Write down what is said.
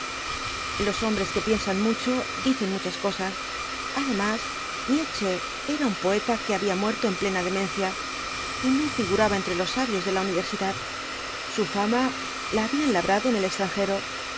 los hombres que piensan mucho dicen muchas cosas además nietzsche era un poeta que había muerto en plena demencia y no figuraba entre los sabios de la universidad su fama la habían labrado en el extranjero